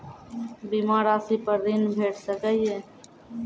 बीमा रासि पर ॠण भेट सकै ये?